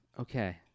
Okay